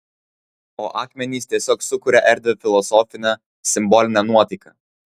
o akmenys tiesiog sukuria erdvią filosofinę simbolinę nuotaiką